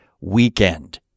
weekend